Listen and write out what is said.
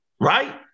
right